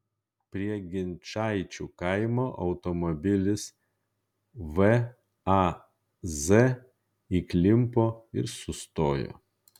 prie ginčaičių kaimo automobilis vaz įklimpo ir sustojo